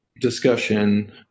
Discussion